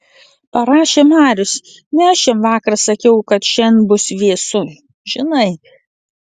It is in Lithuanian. parašė marius ne aš jam vakar sakiau kad šian bus vėsu žinai